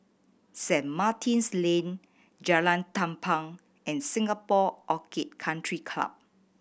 Saint Martin's Lane Jalan Tampang and Singapore Orchid Country Club